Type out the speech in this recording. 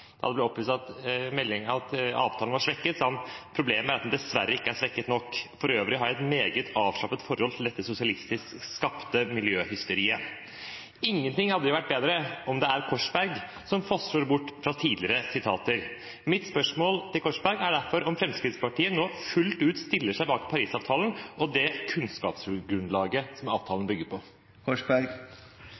Ingenting hadde vært bedre enn om at det er Korsberg som fossror bort fra tidligere uttalelser. Mitt spørsmål til Korsberg er derfor om Fremskrittspartiet nå fullt ut stiller seg bak Paris-avtalen og det kunnskapsgrunnlaget som avtalen bygger